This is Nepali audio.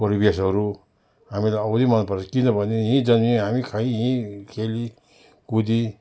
परिवेशहरू हामीलाई औधी मन पर्छ किनभने यहीँ जन्मी हामी खाई यहीँ खेली कुदी